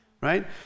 right